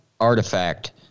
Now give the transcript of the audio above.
artifact